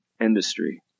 industry